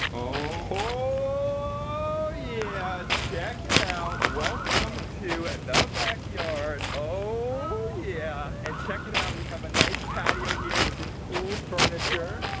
oh yeah, check it out. welcome to the backyard, oh yeah. and check it out. we have a nice patio here with this cool furniture.